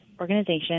organization